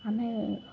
ଆମେ